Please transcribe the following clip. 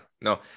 no